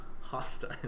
hostile